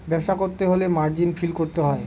ব্যবসা করতে হলে মার্জিন ফিল করতে হয়